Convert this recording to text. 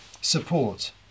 support